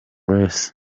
grace